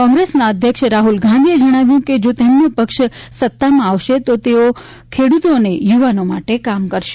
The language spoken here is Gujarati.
કોંગ્રેસના અધ્યક્ષ રાહુલ ગાંધીએ જણાવ્યું હતું કે જો તેમનો પક્ષ સત્તામાં આવશે તો તે ખેડૂતો અને યુવાનો માટે કામ કરશે